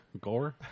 Gore